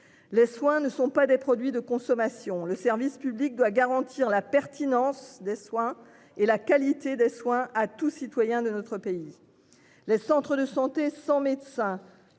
Les soins ne sont pas des produits de consommation. Le service public doit garantir la pertinence des soins et la qualité des soins à tout citoyen de notre pays. Les centres de santé sans médecin